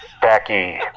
Becky